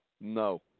No